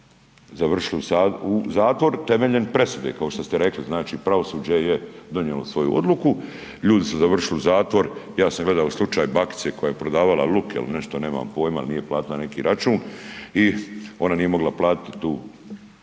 stvari završili u zatvoru temeljem presude kao što ste rekli znači pravosuđe je donijelo svoju odluku ljudi su završili u zatvoru. Ja sam gledao slučaj bakice koja je prodavala luk ili nešto nemam pojma jel nije platila neki račun i ona nije mogla platiti tu